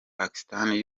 pakistan